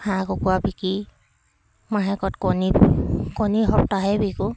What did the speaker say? হাঁহ কুকুৰা বিকি মাহেকত কণী কণী সপ্তাহেই বিকোঁ